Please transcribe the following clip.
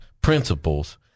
principles